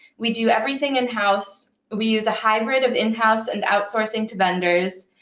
we do everything in-house, we use a hybrid of in-house and outsourcing to vendors,